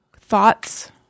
Thoughts